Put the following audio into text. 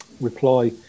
reply